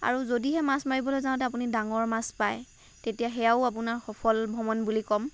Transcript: আৰু যদিহে আপুনি মাছ মাৰিবলৈ যাওঁতে আপুনি ডাঙৰ মাছ পায় তেতিয়া সেয়াও আপোনাৰ সফল ভ্ৰমণ বুলি কম